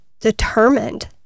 determined